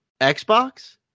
Xbox